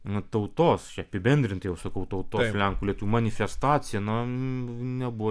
nu tautos čia apibendrintai jau sakau tautos lenkų lietuvių manifestacija na nebuvo